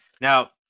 Now